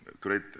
great